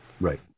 Right